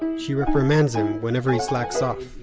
and she reprimands him whenever he slacks off,